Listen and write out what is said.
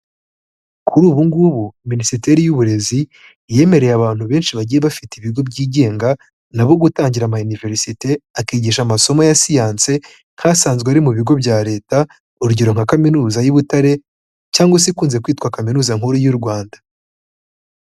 Kuri ubu ngubu Minisiteri y'Uburezi, yemereye abantu benshi bagiye bafite ibigo byigenga, na bo gutangira ama iniverisite akigisha amasomo ya siyanse, nk'asanzwe ari mu bigo bya Leta, urugero: nka kaminuza y'i Butare cyangwa se ikunze kwitwa Kaminuza Nkuru y'u Rwanda.